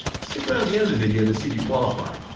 stick around to the end of the video to see if you qualify,